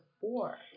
four